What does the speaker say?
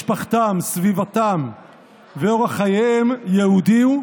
משפחתם, סביבתם ואורח חייהם יהודי הוא,